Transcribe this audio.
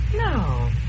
No